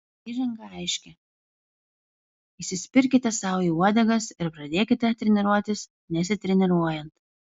įžanga aiški įsispirkite sau į uodegas ir pradėkite treniruotis nesitreniruojant